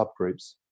subgroups